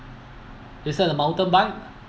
is that a mountain bike